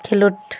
ᱠᱷᱮᱞᱳᱰ